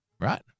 Right